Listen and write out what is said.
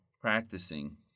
practicing